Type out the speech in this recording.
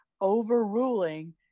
overruling